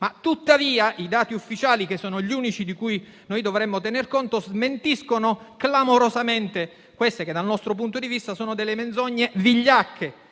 Tuttavia, i dati ufficiali, che sono gli unici di cui dovremmo tener conto, smentiscono clamorosamente queste che, dal nostro punto di vista, sono menzogne vigliacche,